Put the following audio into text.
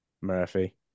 Murphy